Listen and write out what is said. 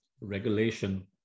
regulation